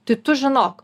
tai tu žinok